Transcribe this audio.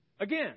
Again